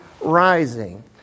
rising